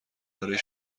برای